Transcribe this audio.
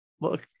look